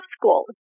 school